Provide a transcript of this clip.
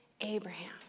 Abraham